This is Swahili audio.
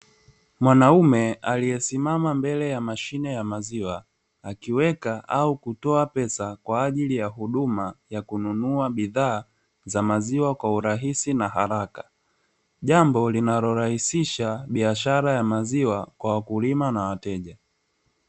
Mwanaume aliyesimama mbele ya mashine ya maziwa, akiweka au kutoa pesa kwa ajili ya huduma ya kununua bidhaa, za maziwa kwa urahisi na haraka. Jambo linalorahisisha, biashara ya maziwa kwa wakulima na wateja.